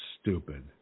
stupid